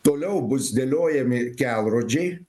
toliau bus dėliojami kelrodžiai